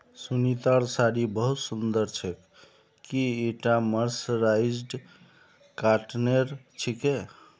सुनीतार साड़ी बहुत सुंदर छेक, की ईटा मर्सराइज्ड कॉटनेर छिके